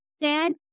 Dan